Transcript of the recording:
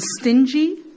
stingy